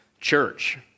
church